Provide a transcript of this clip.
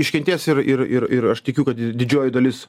iškentės ir ir ir ir aš tikiu kad didžioji dalis